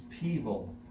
people